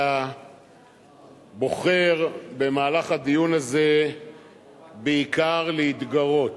אתה בוחר במהלך הדיון הזה בעיקר להתגרות.